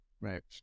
right